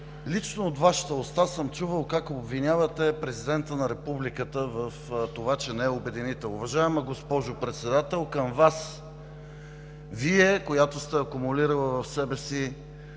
Лично от Вашата уста съм чувал как обвинявате Президента на Републиката в това, че не е обединител. Уважаема госпожо Председател, към Вас: Вие, която сте акумулирала в себе си